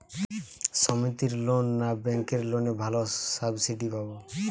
সমিতির লোন না ব্যাঙ্কের লোনে ভালো সাবসিডি পাব?